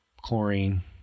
chlorine